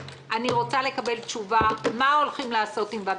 אני רוצה לקבל תשובה מה הולכים לעשות עם הוועדה,